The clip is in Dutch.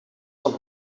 van